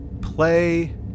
play